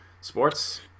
sports